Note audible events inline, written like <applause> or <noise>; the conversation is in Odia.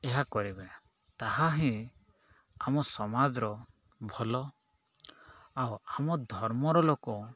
ଏହା କରି <unintelligible> ତାହା ହିଁ ଆମ ସମାଜର ଭଲ ଆଉ ଆମ ଧର୍ମର ଲୋକ